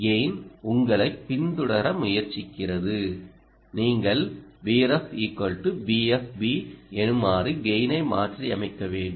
gain உங்களைப் பின்தொடர முயற்சிக்கிறது நீங்கள் Vref VFB எனுமாறு கெய்னை மாற்றியமைக்க வேண்டும்